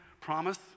promise